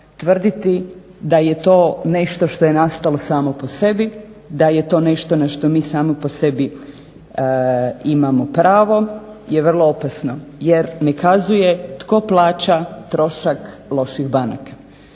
tvrditi da je to nešto što je nastalo samo po sebi, da je to nešto na što mi samo po sebi imamo pravo jer vrlo opasno. Jer ne kazuje tko plaća trošak loših banaka.